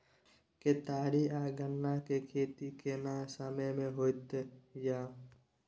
केतारी आ गन्ना के खेती केना समय में होयत या?